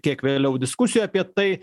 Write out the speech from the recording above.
kiek vėliau diskusijų apie tai